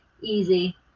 easy